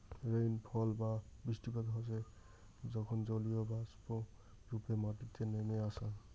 rainfall বা বৃষ্টিপাত হসে যখন জলীয়বাষ্প রূপে মাটিতে নেমে আসাং